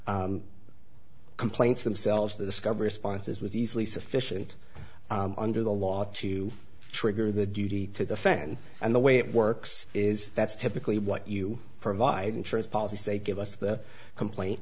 the complaints themselves the discovery sponsors was easily sufficient under the law to trigger the duty to defend and the way it works is that's typically what you provide insurance policy say give us the complain